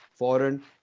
Foreign